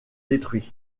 détruits